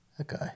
Okay